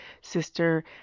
sister